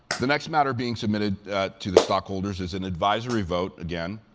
the next matter being submitted to the stockholders is an advisory vote, again,